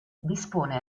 dispone